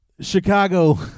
chicago